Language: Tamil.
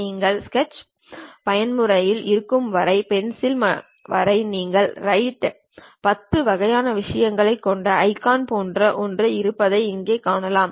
நீங்கள் ஸ்கெட்ச் பயன்முறையில் இருக்கும் வரை பென்சில் வகை மற்றும் ரைட் 10 வகையான விஷயங்களைக் கொண்ட ஐகான் போன்ற ஒன்று இருப்பதை இங்கே காணலாம்